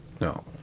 No